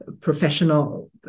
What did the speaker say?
professional